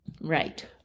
Right